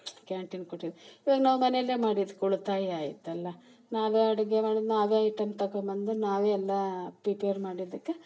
ಕ್ಯಾಂಟಿನ್ಗೆ ಕೊಟ್ಟಿದ್ ಇವಾಗ ನಾವು ಮನೆಯಲ್ಲೇ ಮಾಡಿದ್ಕೆ ಉಳಿತಾಯ ಆಯ್ತಲ್ಲ ನಾವೆ ಅಡಿಗೆ ಮಾಡಿದ್ದು ನಾವೆ ಐಟಮ್ ತಗೊಬಂದ್ ನಾವೆ ಎಲ್ಲಾ ಪಿಪೇರ್ ಮಾಡಿದಕ್ಕೆ